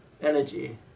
energy